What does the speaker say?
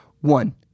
one